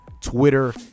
Twitter